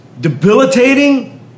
debilitating